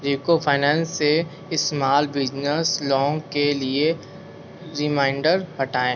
UCO finance से small business loan के लिए रिमाइंडर हटाएं